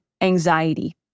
anxiety